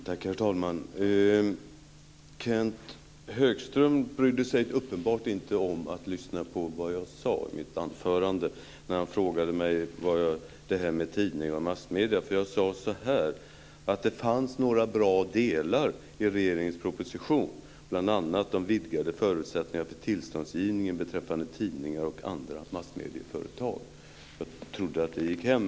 Herr talman! Kenth Högström brydde sig uppenbarligen inte om att lyssna på vad jag sade i mitt anförande. Han frågade om detta med tidningar och massmedier. Jag sade att det fanns några bra delar i regeringens proposition, bl.a. de vidgade förutsättningarna för tillståndsgivningen beträffade tidningar och andra massmedieföretag. Jag trodde att det gick hem.